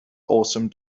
awesome